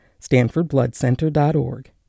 StanfordBloodCenter.org